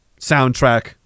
soundtrack